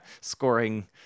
scoring